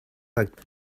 like